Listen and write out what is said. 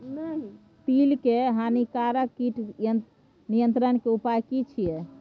तिल के हानिकारक कीट नियंत्रण के उपाय की छिये?